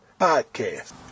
Podcast